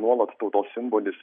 nuolat tautos simbolis